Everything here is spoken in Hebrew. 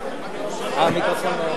לא שומעים אותך.